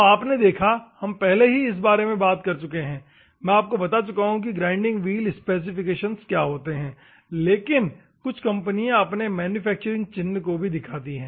तो आपने देखा हम पहले ही इस बारे में बात कर चुके हैं मैं आपको बता चुका हूं कि ग्राइंडिंग व्हील स्पेसिफिकेशंस क्या होते हैं लेकिन कुछ कंपनियां अपने मैन्युफैक्चरिंग चिन्ह को भी दिखती है